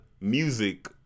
music